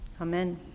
Amen